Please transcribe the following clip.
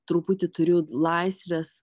truputį turiu laisvės